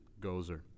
Gozer